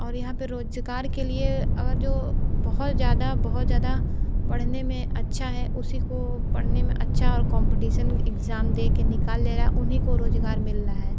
और यहाँ पर रोज़गार के लिए अगर जो बहुत ज़्यादा बहुत ज़्यादा पढ़ने में अच्छा है उसी को पढ़ने में अच्छा और कोंपटीशन एग्जाम दे के निकाल लेगा उन्हीं को रोज़गार मिल रहा है